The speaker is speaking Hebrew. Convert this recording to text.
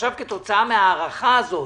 שכתוצאה מההארכה הזאת,